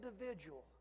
individual